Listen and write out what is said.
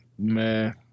Man